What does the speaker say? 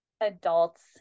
adults